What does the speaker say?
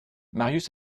marius